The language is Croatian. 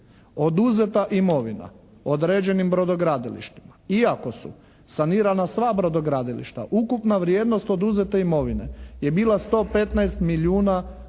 oduzeta imovina određenim brodogradilištima iako su sanirana sva brodogradilišta, ukupna vrijednost oduzete imovine je bila 115 milijuna DEM,